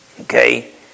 okay